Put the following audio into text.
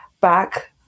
back